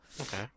okay